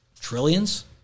trillions